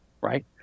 right